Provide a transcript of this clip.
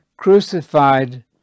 crucified